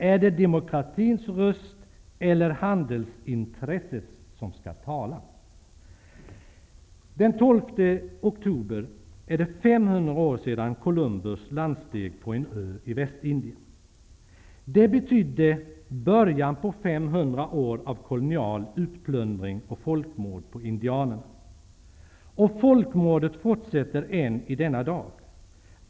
Är det demokratins eller handelsintressets röst som skall tala? Den 12 oktober var det 500 år sedan Columbus landsteg på en ö i Västindien. Det betydde början på 500 år av kolonial utplundring och folkmord på indianerna. Och folkmordet fortsätter än i denna dag.